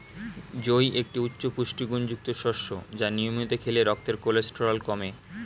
জই একটি উচ্চ পুষ্টিগুণযুক্ত শস্য যা নিয়মিত খেলে রক্তের কোলেস্টেরল কমে